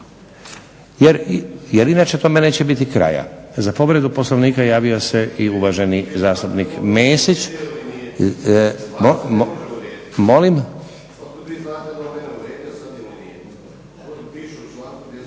jer inače tome neće biti kraja. Za povredu Poslovnika javio se i uvaženi zastupnik Mesić.